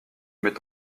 met